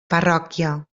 parròquia